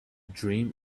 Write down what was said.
dream